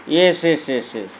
yes yes yes yes